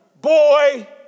boy